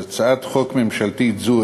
הצעת חוק ממשלתית זו,